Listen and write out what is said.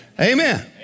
Amen